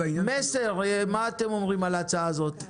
"מסר", מה אתם אומרים על ההצעה הזאת?